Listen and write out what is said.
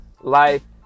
life